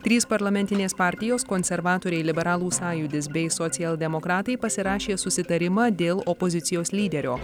trys parlamentinės partijos konservatoriai liberalų sąjūdis bei socialdemokratai pasirašė susitarimą dėl opozicijos lyderio